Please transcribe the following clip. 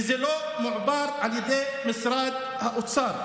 וזה לא מועבר על ידי משרד האוצר.